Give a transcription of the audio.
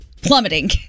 Plummeting